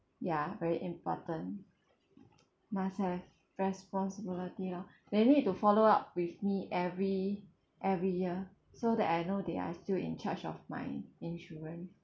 ya very important must have responsibility lor they need to follow up with me every every year so that I know they are still in charge of my insurance